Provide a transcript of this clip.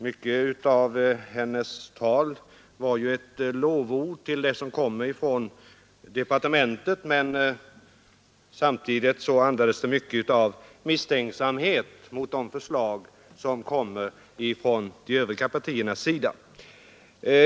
Mycket av hennes tal var ju ett lovord till det som kommer från departementet, men samtidigt andades det mycket av misstänksamhet mot de förslag som kommer från de övriga partierna.